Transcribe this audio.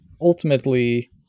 ultimately